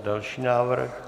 Další návrh.